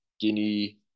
Guinea